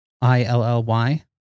I-L-L-Y